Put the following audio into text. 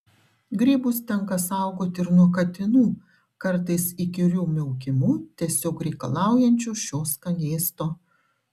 grybus tenka saugoti ir nuo katinų kartais įkyriu miaukimu tiesiog reikalaujančių šio skanėsto